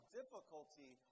difficulty